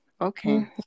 Okay